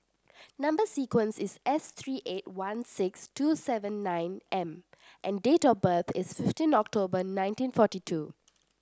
number sequence is S three eight one six two seven nine M and date of birth is fifteen October nineteen forty two